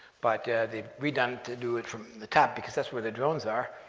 but they've redone it to do it from the top because that's where the drones are.